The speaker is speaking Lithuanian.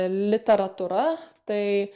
literatūra tai